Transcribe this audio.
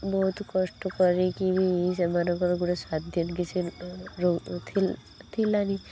ବହୁତ କଷ୍ଟ କରିକି ବି ସେମାନଙ୍କର ସ୍ୱାଧୀନ କିଛି ଥିଲାନି